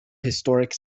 historic